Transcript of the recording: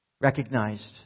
recognized